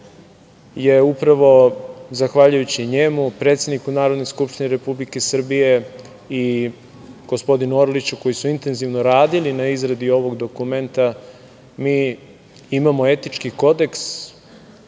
je upravo zahvaljujući njemu, predsedniku Narodne skupštine Republike Srbije i gospodinu Orliću koji su intenzivno radili na izradi ovog dokumenta, mi imamo etički kodeks